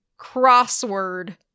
crossword